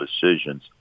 decisions